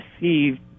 received